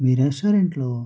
మీ రెస్టారెంట్లో